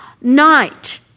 night